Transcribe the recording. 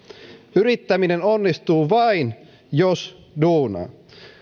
yrittäminen onnistuu vain jos duunaa